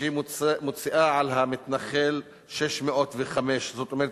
כשהיא מוציאה על המתנחל 605, זאת אומרת,